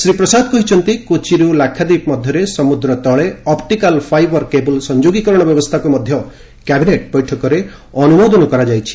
ଶ୍ରୀ ପ୍ରସାଦ କହିଛନ୍ତି କୋଚିରୁ ଲାକ୍ଷାଦ୍ୱୀପ ମଧ୍ୟରେ ସମୁଦ୍ର ତଳେ ଅପ୍ଚିକାଲ୍ ଫାଇଭର କେବୁଲ୍ ସଂଯୋଗୀକରଣ ବ୍ୟବସ୍ଥାକୁ ମଧ୍ୟ କ୍ୟାବିନେଟ୍ ବୈଠକରେ ଅନୁମୋଦିତ କରାଯାଇଛି